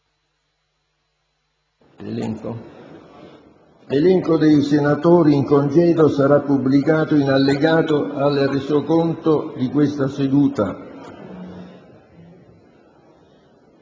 L'elenco dei senatori in congedo sarà pubblicato in allegato al Resoconto della seduta